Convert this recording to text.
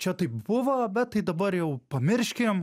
čia taip buvo bet tai dabar jau pamirškim